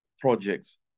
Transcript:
projects